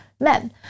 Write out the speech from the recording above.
men